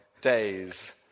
days